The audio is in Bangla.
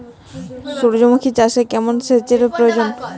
সূর্যমুখি চাষে কেমন সেচের প্রয়োজন?